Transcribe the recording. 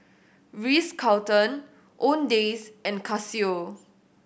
Ritz Carlton Owndays and Casio